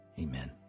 amen